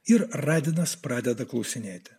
ir radinas pradeda klausinėti